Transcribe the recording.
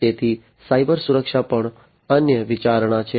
તેથી સાયબર સુરક્ષા પણ અન્ય વિચારણા છે